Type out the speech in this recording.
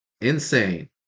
insane